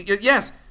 Yes